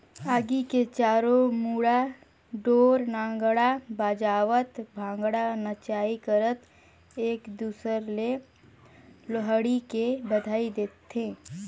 आगी के चारों मुड़ा ढोर नगाड़ा बजावत भांगडा नाचई करत एक दूसर ले लोहड़ी के बधई देथे